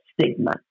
stigma